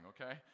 okay